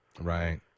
Right